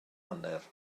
hanner